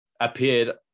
appeared